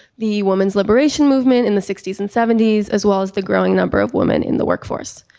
the women's liberation movement in the sixty s and seventy s, as well as the growing number of women in the workforce.